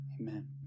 Amen